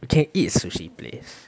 you can eat sushi place